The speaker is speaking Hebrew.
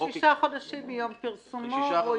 שישה חודשים מיום פרסומו.